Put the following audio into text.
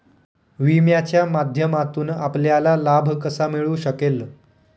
विम्याच्या माध्यमातून आपल्याला लाभ कसा मिळू शकेल?